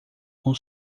com